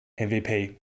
MVP